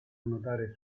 notare